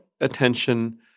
attention